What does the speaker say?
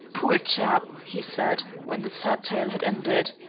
poor chap! he said, when the sad tale had ended.